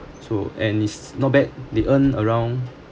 so and it's not bad they earn around